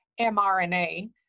mRNA